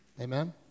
Amen